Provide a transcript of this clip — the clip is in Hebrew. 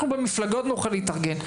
אנחנו במפלגות נוכל להתארגן,